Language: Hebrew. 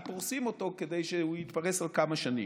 כי פורסים את זה כדי שהוא יתפרס על כמה שנים.